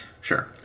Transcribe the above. sure